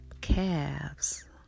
calves